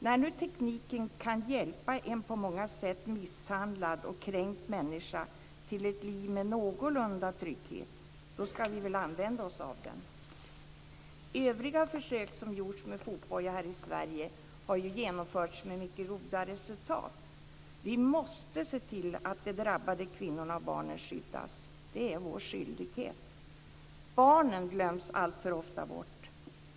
När nu tekniken kan hjälpa en på många sätt misshandlad och kränkt människa till ett liv med någorlunda trygghet ska vi väl använda oss av den! Övriga försök som gjorts med fotboja här i Sverige har ju genomförts med mycket goda resultat. Vi måste se till att de drabbade kvinnorna och barnen skyddas. Det är vår skyldighet. Barnen glöms alltför ofta bort.